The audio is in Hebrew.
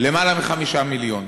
יותר מ-5 מיליון,